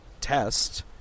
test